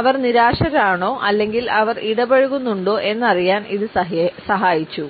അവർ നിരാശരാണോ അല്ലെങ്കിൽ അവർ ഇടപഴകുന്നുണ്ടോ എന്നറിയാൻ ഇത് സഹായിച്ചു